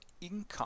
income